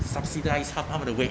subsidise ha~ 他们的 wa~